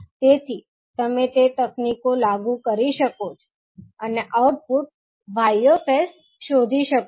તેથી તમે તે તકનીકો લાગુ કરી શકો છો અને આઉટપુટ 𝑌𝑠 શોધી શકો છો